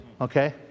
okay